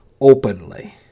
openly